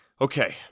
okay